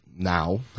Now